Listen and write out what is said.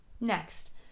next